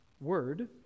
word